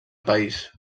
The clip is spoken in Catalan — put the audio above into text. país